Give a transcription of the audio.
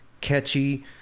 catchy